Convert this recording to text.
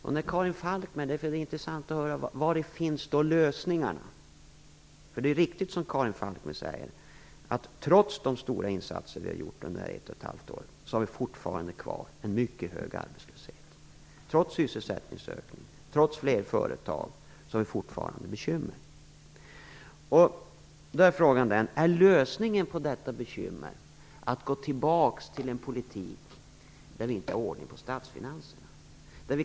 Det är intressant att få höra vari lösningarna ligger. Det är riktigt, som Karin Falkmer säger, att vi trots de stora insatser som vi har gjort under dessa ett och ett halvt år har kvar en mycket hög arbetslöshet. Trots sysselsättningsökning och trots fler företag har vi fortfarande bekymmer. Frågan är då: Är lösningen på dessa bekymmer att gå tillbaka till en politik där vi inte har ordning på statsfinanserna?